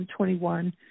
2021